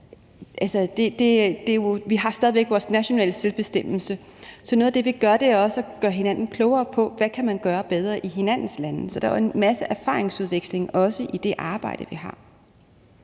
vi har stadig væk vores nationale selvbestemmelse. Så noget af det, vi gør, er også at gøre hinanden klogere på, hvad man kan gøre bedre i hinandens lande. Så der er jo også en masse erfaringsudveksling i det arbejde, vi har.